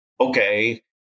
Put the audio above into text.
okay